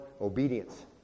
obedience